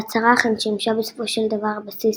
ההצהרה אכן שימשה בסופו של דבר בסיס